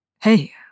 Hey